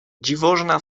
dziwożona